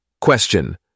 Question